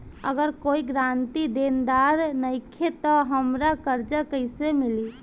अगर कोई गारंटी देनदार नईखे त हमरा कर्जा कैसे मिली?